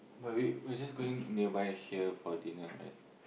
but we we are just going nearby here for dinner right